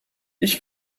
ich